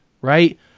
right